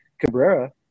Cabrera